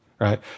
right